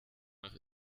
nach